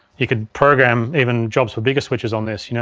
you could program even jobs for bigger switchers on this. you know